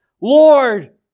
Lord